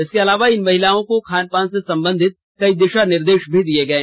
इसके अलावा इन महिलाओं को खान पान से सबंधित कई दिशा निर्देश भी दिये गये